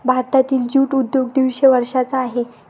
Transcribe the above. भारतातील ज्यूट उद्योग दीडशे वर्षांचा आहे